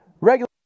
regular